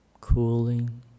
cooling